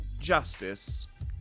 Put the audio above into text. justice